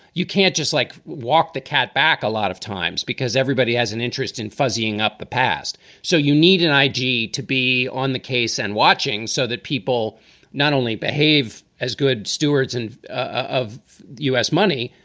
you can't just like walk the cat back a lot of times because everybody has an interest in fuzzing up the past. so you need an i g. to be on the case and watching so that people not only behave as good stewards and of u s. money,